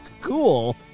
Cool